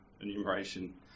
enumeration